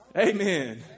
Amen